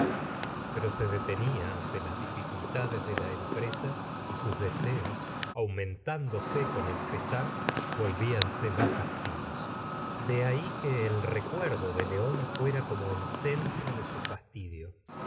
pero se detenta ante las dificultades de la empresa y sus deseos aumentándose con el pesar volvíanse más activos de ahí que el recuerdo de león fuera como el centro de su fastidio